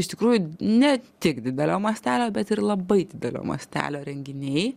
iš tikrųjų ne tik didelio mastelio bet ir labai didelio mastelio renginiai